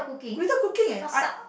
without cooking leh I